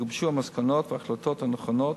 יגובשו המסקנות וההחלטות הנכונות,